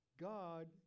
God